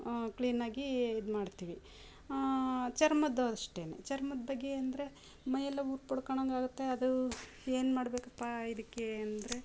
ಕ್ಲೀನಾಗಿ ಇದ್ಮಾಡ್ತೀವಿ ಚರ್ಮದ್ದು ಅಷ್ಟೇ ಚರ್ಮದ ಬಗ್ಗೆ ಅಂದರೆ ಮೈಯೆಲ್ಲ ಬಡ್ಕೊಂಡಾಗಾಗುತ್ತೆ ಅದು ಏನ್ಮಾಡ್ಬೇಕಪ್ಪ ಇದಕ್ಕೆ ಅಂದರೆ